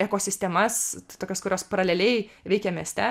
ekosistemas tokios kurios paraleliai veikia mieste